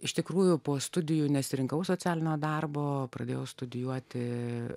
iš tikrųjų po studijų nesirinkau socialinio darbo pradėjau studijuoti